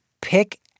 pick